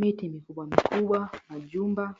miti mikubwa mikubwa, majumba.